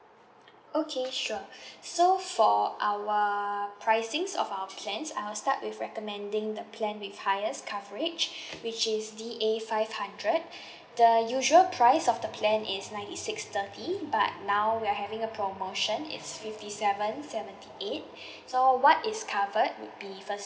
okay sure so for our pricings of our plans I will start with recommending the plan with highest coverage which is D A five hundred the usual price of the plan is ninety six thirty but now we are having a promotion is fifty seven seventy eight so what is covered would be firstly